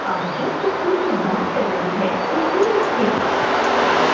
आप जिस व्यक्ति से बात कर रहे हैंँ उन्होंने आपके